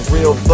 Real